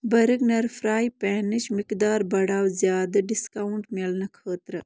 بٔرگنَر فرٛاے پینٕچ مقدار بڑھٲو زیادٕ ڈسکاونٛٹ میلنہٕ خٲطرٕ